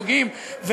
נוגעים,